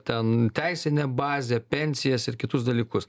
ten teisinę bazę pensijas ir kitus dalykus